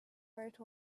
wrote